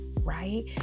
right